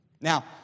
Now